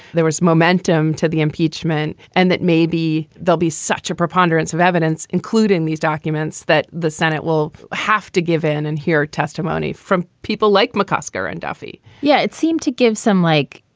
there was momentum to the impeachment and that maybe there'll be such a preponderance of evidence, including these documents, that the senate will have to give in and hear testimony from people like mccosker and duffy yeah, it seemed to give some like